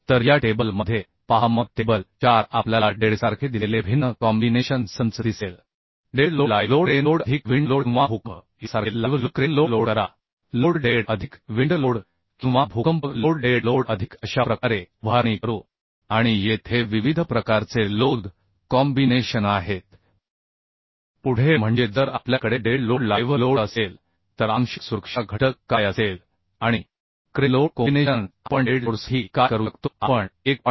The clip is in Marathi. तर या टेबल मध्ये पहा मग टेबल 4 आपल्याला डेडसारखे दिलेले भिन्न कॉम्बीनेशन संच दिसेल dead load live load crane load अधिक विंड लोड किंवा भूकंप यासारखे live load crane load load करा लोड डेड अधिक विंड लोड किंवा भूकंप लोड डेड लोड अधिक अशा प्रकारे उभारणी करू आणि येथे विविध प्रकारचे लोद कॉम्बीनेशन आहेत पुढे म्हणजे जर आपल्याकडे डेड लोड लाइव्ह लोड असेल तर आंशिक सुरक्षा घटक काय असेल आणि क्रेन लोड कोंबिनेशन आपण डेड लोडसाठी काय करू शकतो आपण 1